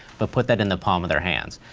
but put that in the palm of their hands.